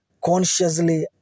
Consciously